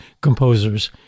composers